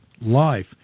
life